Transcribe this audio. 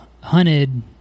hunted